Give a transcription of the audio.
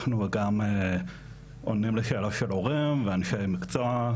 אנחנו גם עונים לשאלות של הורים ואנשי מקצוע,